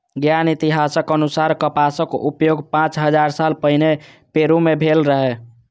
ज्ञात इतिहासक अनुसार कपासक उपयोग पांच हजार साल पहिने पेरु मे भेल रहै